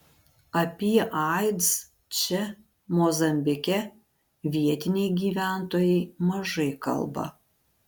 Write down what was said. apie aids čia mozambike vietiniai gyventojai mažai kalba